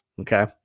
Okay